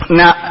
now